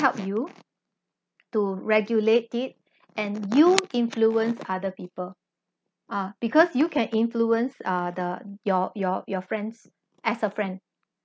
help you to regulate it and you influence other people ah because you can influence uh the your your your friends as a friend